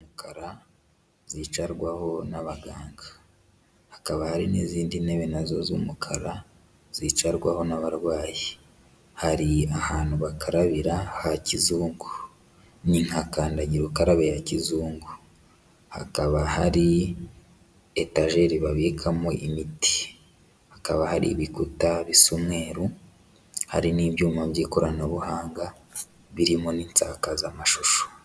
Umukara zicarwaho n'abaganga, hakaba hari n'izindi ntebe nazo z'umukara zicarwaho n'abarwayi, Hari ahantu bakarabira ha kizungu n'intakandagira ukarabe ya kizungu, hakaba hari etajeri babikamo imiti, hakaba hari ibikuta bisa umweru, hari n'ibyuma by'ikoranabuhanga birimo n'insakazamashusho.